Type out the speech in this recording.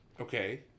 Okay